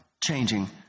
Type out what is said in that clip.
changing